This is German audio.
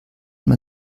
man